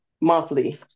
monthly